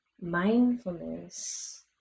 mindfulness